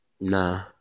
nah